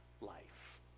life